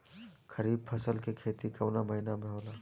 खरीफ फसल के खेती कवना महीना में होला?